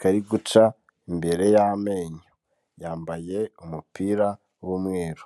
kari guca imbere y'amenyo yambaye umupira w'umweru.